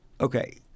Okay